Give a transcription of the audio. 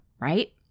right